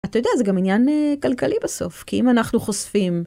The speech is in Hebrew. אתה יודע, זה גם עניין כלכלי בסוף, כי אם אנחנו חושפים...